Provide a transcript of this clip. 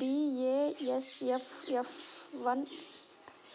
BASF F one